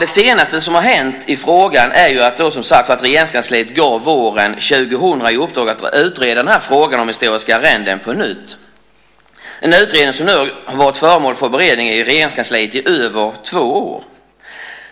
Det senaste som har hänt i frågan är att Regeringskansliet våren 2000 gav i uppdrag att frågan om historiska arrenden skulle utredas på nytt. Det är en utredning som nu har varit föremål för beredning i Regeringskansliet i över två år.